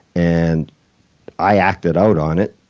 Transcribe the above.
and i acted out on it.